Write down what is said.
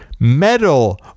Metal